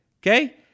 Okay